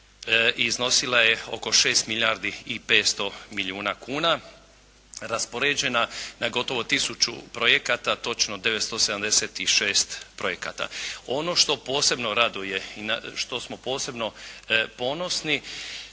iznosila je oko 6 milijardi 500 milijuna kuna raspoređena na gotovo tisuću projekata, točno 976 projekata. Ono što posebno raduje i na što smo posebno ponosni,